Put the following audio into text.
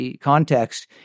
context